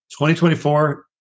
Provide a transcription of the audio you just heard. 2024